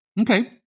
Okay